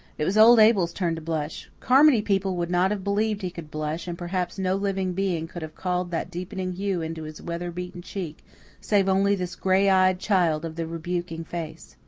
it was old abel's turn to blush. carmody people would not have believed he could blush and perhaps no living being could have called that deepening hue into his weather-beaten cheek save only this gray-eyed child of the rebuking face.